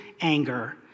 anger